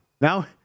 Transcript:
Now